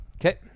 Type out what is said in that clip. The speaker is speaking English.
Okay